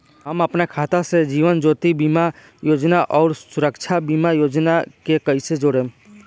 हम अपना खाता से जीवन ज्योति बीमा योजना आउर सुरक्षा बीमा योजना के कैसे जोड़म?